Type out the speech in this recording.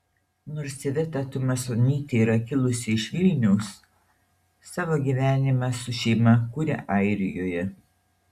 nors iveta tumasonytė yra kilusi iš vilniaus savo gyvenimą su šeima kuria airijoje